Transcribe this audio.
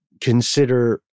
consider